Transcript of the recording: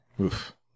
Oof